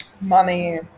money